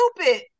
stupid